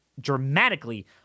dramatically